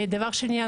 דבר שני,